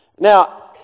Now